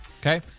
Okay